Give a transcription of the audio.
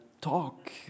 talk